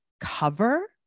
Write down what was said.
cover